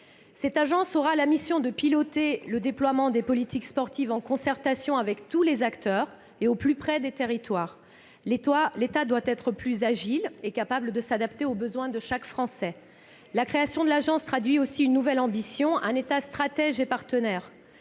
madame ! Elle aura pour mission de piloter le déploiement des politiques sportives en concertation avec tous les acteurs et au plus près des territoires. L'État doit être plus agile et capable de s'adapter aux besoins de chaque Français. Et les conseillers techniques ? La création de l'Agence traduit aussi une nouvelle ambition, un État stratège et partenaire.